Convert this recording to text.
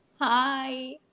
hi